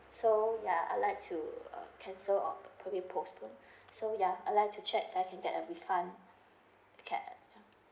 so ya I'd like to uh cancel or probably postpone so ya I'd like to check regarding the refund